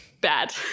bad